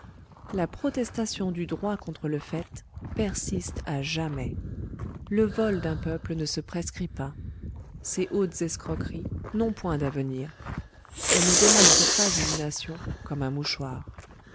la protestation du droit contre le fait persiste à jamais le vol d'un peuple ne se prescrit pas ces hautes escroqueries n'ont point d'avenir on ne démarque pas une nation comme un mouchoir